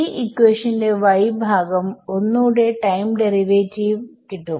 ഈ ഇക്വേഷന്റെ y ഭാഗം ഒന്നൂടെ ടൈം ഡെറിവാറ്റീവ് കിട്ടും